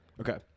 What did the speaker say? Okay